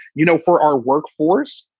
you know, for our workforce,